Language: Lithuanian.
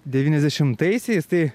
devyniasdešimtaisiais tai